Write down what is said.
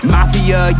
Mafia